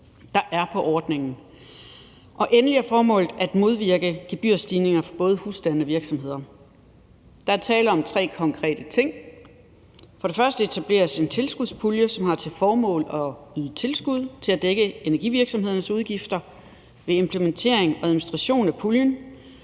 der er på ordningen. Og endelig er formålet at modvirke gebyrstigninger for både husstande og virksomheder. Der er tale om tre konkrete ting. For det første etableres en tilskudspulje, som har til formål at give tilskud til at dække energivirksomhedernes udgifter ved implementering og administration af ordningen.